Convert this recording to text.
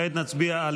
וכעת נצביע על